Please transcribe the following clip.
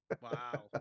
Wow